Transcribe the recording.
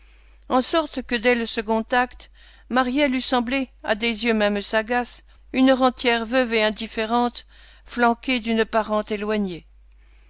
en sorte que dès le second acte maryelle eût semblé à des yeux même sagaces une rentière veuve et indifférente flanquée d'une parente éloignée